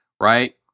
Right